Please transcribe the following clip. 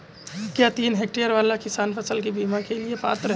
क्या तीन हेक्टेयर वाला किसान फसल बीमा के लिए पात्र हैं?